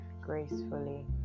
gracefully